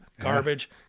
garbage